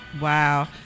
Wow